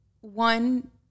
one